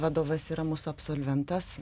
vadovas yra mūsų absolventas